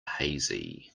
hazy